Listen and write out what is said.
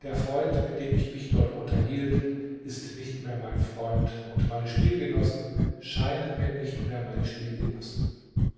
der freund mit dem ich mich dort unterhielt ist nicht mehr mein freund und meine spielgenossen scheinen mir nicht mehr meine